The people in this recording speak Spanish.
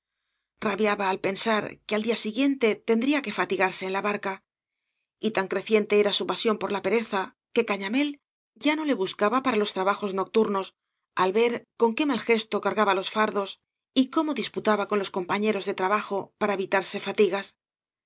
rabiaba al pensar que ai día si guíente tendría que fatigarse en la barca y tan creciente era su pasión por la pereza que cañamél ya no le buscaba para los trabajos nocturnos al ver con qué mal gesto cargaba los fardos y cómo disputaba con los compañeros de trabajo para evi tarse fatigas